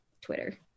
Twitter